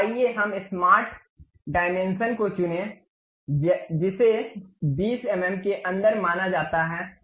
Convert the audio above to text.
तो आइए हम स्मार्ट परिमाप को चुनें जिसे 20 एम एम के अंदर माना जाता है